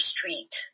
Street